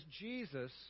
Jesus